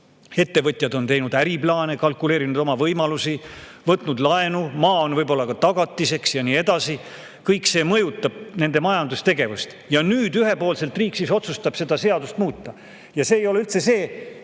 Ettevõtjad on teinud äriplaane, kalkuleerinud oma võimalusi, võtnud laenu, maa on võib-olla ka tagatiseks ja nii edasi. Kõik see mõjutab nende majandustegevust. Ja nüüd siis ühepoolselt riik otsustab seda seadust muuta. Ja see ei ole üldse see,